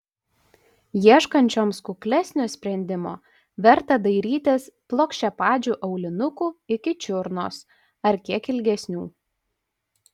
ieškančioms kuklesnio sprendimo verta dairytis plokščiapadžių aulinukų iki čiurnos ar kiek ilgesnių